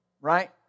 right